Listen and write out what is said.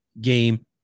game